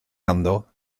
ganddo